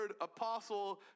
apostle